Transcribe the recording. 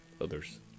others